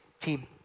team